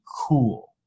cool